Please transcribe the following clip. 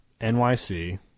NYC